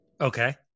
Okay